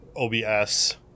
OBS